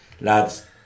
Lads